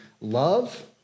love